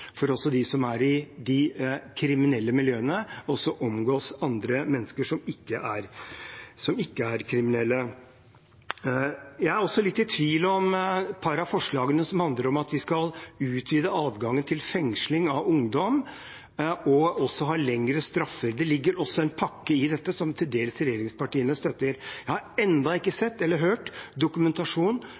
for dem som er i de kriminelle miljøene, også å omgås andre mennesker som ikke er kriminelle. Jeg er også litt i tvil om et par av forslagene, som handler om at vi skal utvide adgangen til fengsling av ungdom, og også ha lengre straffer. Det ligger også en pakke her som regjeringspartiene til dels støtter. Jeg har ennå ikke sett eller hørt dokumentasjon